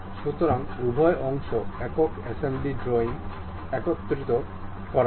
সুতরাংউভয় অংশ একক assembly drawing একত্রিত করা হয়